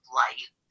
light